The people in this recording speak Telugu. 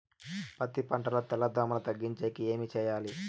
పత్తి పంటలో తెల్ల దోమల తగ్గించేకి ఏమి చేయాలి?